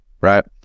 right